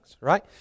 right